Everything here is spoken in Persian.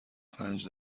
پنج